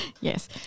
Yes